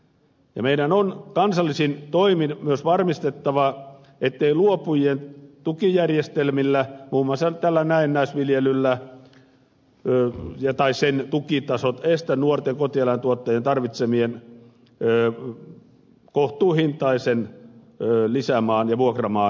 meidän on kansallisin toimin myös varmistettava ettei luopujien tukijärjestelmillä muun muassa tällä näennäisviljelyllä tai sen tukitasoilla estetä nuorten kotieläintuottajien tarvitseman kohtuuhintaisen lisämaan ja vuokramaan saantia